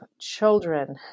children